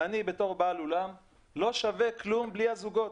אני בתור בעל אולם לא שווה כלום בלי הזוגות.